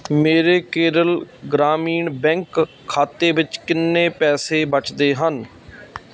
ਮੇਰੇ ਕੇਰਲ ਗ੍ਰਾਮੀਣ ਬੈਂਕ ਖਾਤੇ ਵਿੱਚ ਕਿੰਨੇ ਪੈਸੇ ਬਚਦੇ ਹਨ